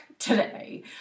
today